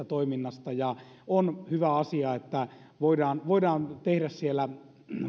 toiminnasta on hyvä asia että voidaan voidaan tehdä siellä